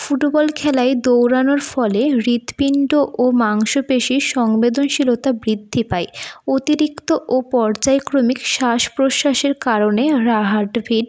football খেলায় দৌড়ানোর ফলে হৃৎপিণ্ড ও মাংসপেশির সংবেদনশীলতা বৃদ্ধি পায় অতিরিক্ত ও পর্যায়ক্রমিক শ্বাস প্রশ্বাসের কারণে হার্টবিট